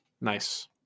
Nice